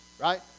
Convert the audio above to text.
Right